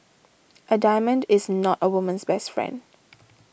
a diamond is not a woman's best friend